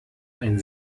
ein